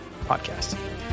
podcast